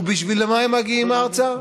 ובשביל מה הם מגיעים ארצה?